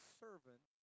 servant